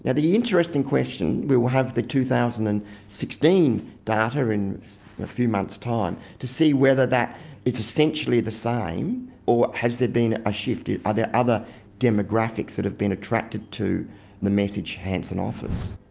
yeah the interesting question, we will have the two thousand and sixteen data in a few months' time, to see whether it's essentially the same or has there been a shift, are there other demographics that have been attracted to the message hanson offers.